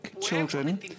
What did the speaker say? children